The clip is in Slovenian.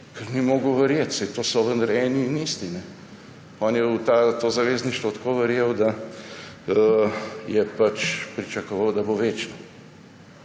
ker ni mogel verjeti, saj so to vendar eni in isti. On je v to zavezništvo tako verjel, da je pričakoval, da bo večno.